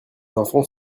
enfants